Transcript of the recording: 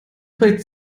projekt